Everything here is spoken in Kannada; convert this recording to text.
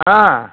ಹಾಂ